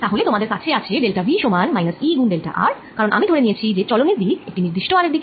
তাহলে তোমাদের কাছে আছে ডেল্টা V সমান E গুন ডেল্টা r কারন আমি ধরে নিয়েছি যে চলনের দিক একটি নির্দিষ্ট r এর দিকে